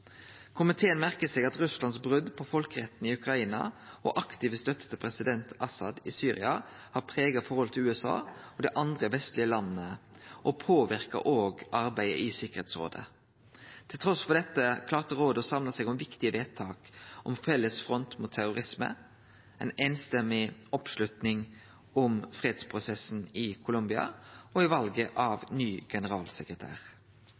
Komiteen merkar seg at Russlands brot på folkeretten i Ukraina og aktive støtte til president Assad i Syria har prega forholdet til USA og dei andre vestlege landa, og påverka arbeidet i Tryggingsrådet. Trass i dette klarte rådet å samle seg om viktige vedtak om ein felles front mot terrorisme, ei samrøystes oppslutning om fredsprosessen i Colombia og